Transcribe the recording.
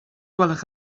gwelwch